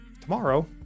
tomorrow